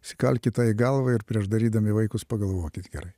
įsikalkit tą į galvą ir prieš darydami vaikus pagalvokit gerai